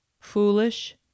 foolish